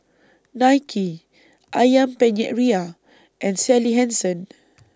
Nike Ayam Penyet Ria and Sally Hansen